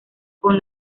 con